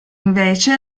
invece